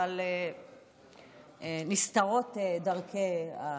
אבל נסתרות הדרכים.